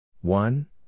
One